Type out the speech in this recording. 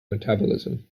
metabolism